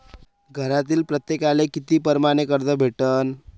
घरातील प्रत्येकाले किती परमाने कर्ज भेटन?